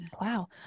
Wow